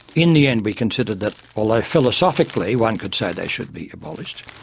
in the end we considered that although philosophically one could say they should be abolished,